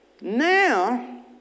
Now